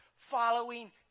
Following